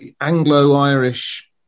Anglo-Irish